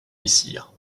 messire